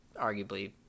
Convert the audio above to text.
arguably